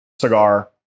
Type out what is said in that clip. cigar